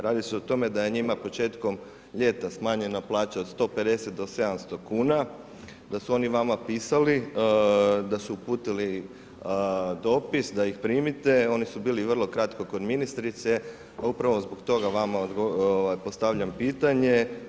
Radi se o tome da je njima početkom ljeta smanjena plaća od 150 do 700 kuna, da su oni vama pisali, da su uputili dopis da ih primite, oni su bili vrlo kratko kod ministrice, a upravo zbog toga vama postavljam pitanje.